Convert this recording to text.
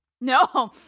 No